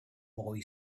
boy